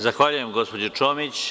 Zahvaljujem gospođo Čomić.